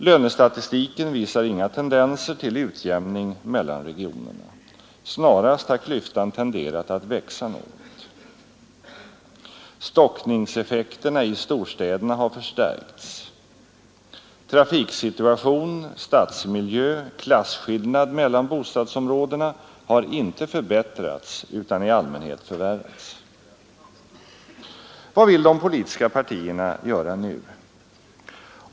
Lönestatistiken visar inga tendenser till utjämning mellan regionerna. Snarast har klyftan tenderat att växa något. Stockningseffekterna i storstäderna har förstärkts. Trafiksituation, stadsmiljö, klasskillnad mellan bostadsområdena har icke förbättrats utan i allmänhet förvärrats. Vad vill de politiska partierna göra nu?